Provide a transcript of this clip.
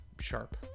Sharp